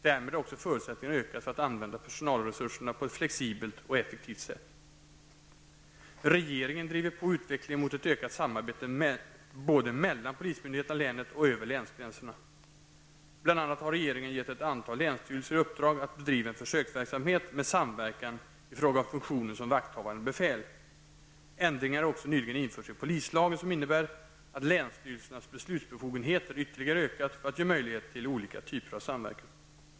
Därmed har också förutsättningarna ökat för att använda personalresurserna på ett flexibelt och effektivt sätt. -- Regeringen driver på utvecklingen mot ett ökat samarbete både mellan polismyndigheterna i länet och över länsgränserna. Bl.a. har regeringen gett ett antal länsstyrelser i uppdrag att bedriva en försöksverksamhet med samverkan i fråga om funktionen som vakthavande befäl. Ändringar har också nyligen införts i polislagen, som innebär att länsstyrelsernas beslutsbefogenheter ytterligare ökat för att ge möjlighet till olika typer av samverkan.